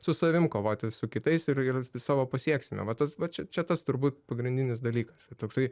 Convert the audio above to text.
su savim kovoti su kitais ir ir savo pasieksime va tas va čia čia tas turbūt pagrindinis dalykas toksai